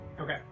Okay